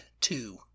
two